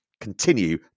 continue